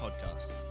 Podcast